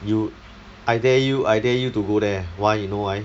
you I dare you I dare you to go there why you know why